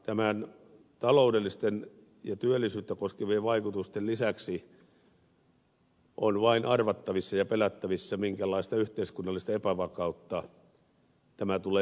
näiden taloudellisten ja työllisyyttä koskevien vaikutusten lisäksi on vain arvattavissa ja pelättävissä minkälaista yhteiskunnallista epävakautta tämä tulee myöskin aikaansaamaan eri puolilla